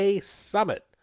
Summit